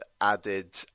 added